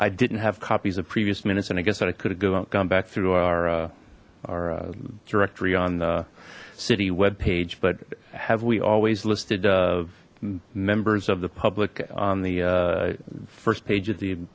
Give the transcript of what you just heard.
i didn't have copies of previous minutes and i guess that i could have gone back through our our directory on the city web page but have we always listed of members of the public on the first page of the